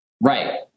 Right